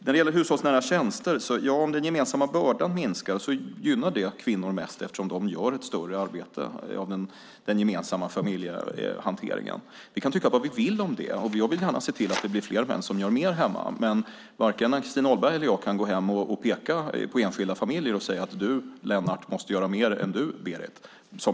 När det gäller hushållsnära tjänster är det så att om den gemensamma bördan minskar gynnar det kvinnor mest, eftersom de gör ett större arbete av den gemensamma familjehanteringen. Vi kan tycka vad vi vill om det, och jag vill gärna se till att det blir fler män som gör mer hemma, men varken Ann-Christin Ahlberg eller jag kan gå hem till enskilda familjer och peka och säga att du, Lennart, måste göra mer än du, Berit.